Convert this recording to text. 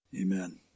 amen